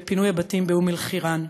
בפינוי הבתים באום-אלחיראן.